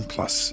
Plus